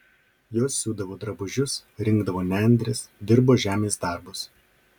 jos siūdavo drabužius rinkdavo nendres dirbo žemės darbus